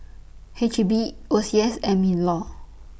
H E B O C S and MINLAW